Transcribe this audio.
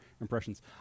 impressions